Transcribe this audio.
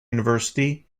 university